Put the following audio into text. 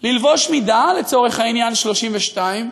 וללבוש מידה, לצורך העניין 32,